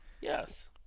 Yes